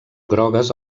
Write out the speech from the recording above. grogues